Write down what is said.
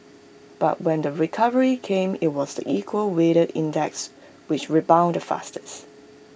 but when the recovery came IT was the equal weighted index which rebounded the fastest